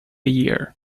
year